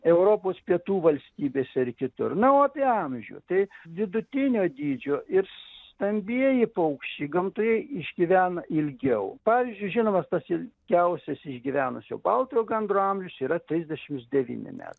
europos pietų valstybėse ir kitur na o apie amžių tai vidutinio dydžio ir stambieji paukščiai gamtoje išgyvena ilgiau pavyzdžiui žinomas tas ilgiausias išgyvenusio baltojo gandro amžius yra trisdešims devyni metai